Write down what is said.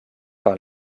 par